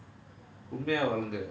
காம கொடூரனா வாழனும்:kaama kodoorana vaalanum